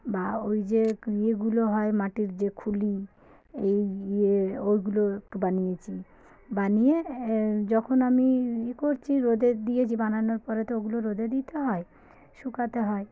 বা ওই যে ইয়েগুলো হয় মাটির যে খুরি এই ইয়ে ওগুলো একটু বানিয়েছি বানিয়ে যখন আমি ইয়ে করছি রোদে দিয়েছি বানানোর পরে তো ওগুলো রোদে দিতে হয় শুকাতে হয়